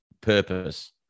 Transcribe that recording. purpose